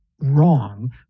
wrong